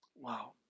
Wow